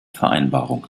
vereinbarung